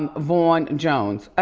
um van jones.